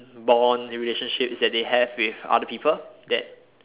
bond in relationships that they have with other people that